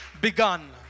begun